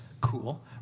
cool